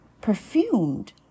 perfumed